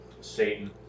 Satan